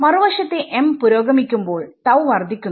മറുവശത്തു m പുരോഗമിക്കുമ്പോൾ വർദ്ധിക്കുന്നു